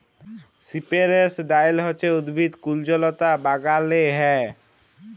সিপেরেস ভাইল হছে উদ্ভিদ কুল্জলতা বাগালে হ্যয়